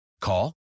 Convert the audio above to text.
Call